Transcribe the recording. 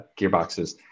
gearboxes